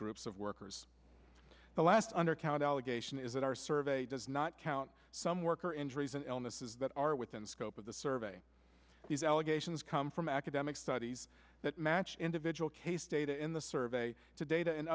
groups of workers the last undercount allegation is that our survey does not count some worker injuries and illnesses that are within the scope of the survey these allegations come from academic studies that match individual case data in the survey to data and